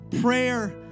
prayer